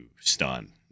stun